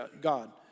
God